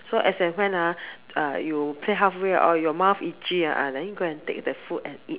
so as and when ah uh you play halfway or your mouth itchy ah then you go take the food and eat